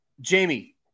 Jamie